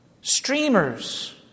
streamers